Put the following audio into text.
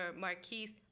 Marquise